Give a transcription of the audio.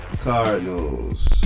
Cardinals